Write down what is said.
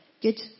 Good